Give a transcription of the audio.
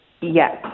Yes